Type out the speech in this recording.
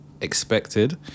expected